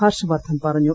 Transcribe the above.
ഹർഷവർദ്ധൻ പറഞ്ഞു